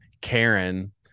Karen